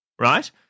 right